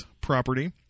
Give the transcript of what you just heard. property